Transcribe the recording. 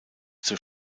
zur